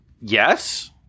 Yes